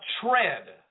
tread